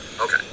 Okay